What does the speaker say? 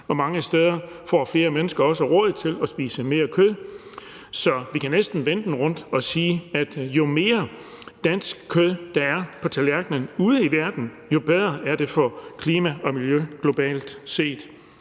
mange steder får flere mennesker også råd til at spise mere kød. Så vi kan næsten vende den rundt og sige, at jo mere dansk kød der er på tallerkenerne ude i verden, jo bedre er det for klimaet og miljøet globalt set.